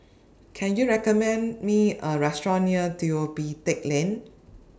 Can YOU recommend Me A Restaurant near Neo Pee Teck Lane